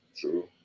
True